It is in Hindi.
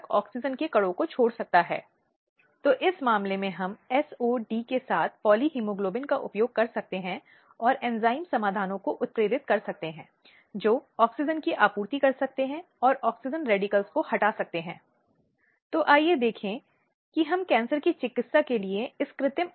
और वह केवल इस परिवार के बड़े फ़ैसलों का पालन करने के लिए बनी है और कई बार उसे ऐसी चिकित्सीय प्रक्रियाओं से गुजरने के लिए यातना भी दी जाती है ताकि यह देखा जा सके कि बच्चा पैदा नहीं हुआ है